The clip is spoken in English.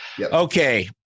Okay